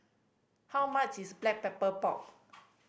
how much is Black Pepper Pork